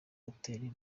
hotel